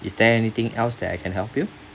is there anything else that I can help you